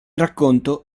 racconto